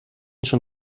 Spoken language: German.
schon